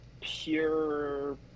pure